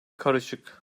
karışık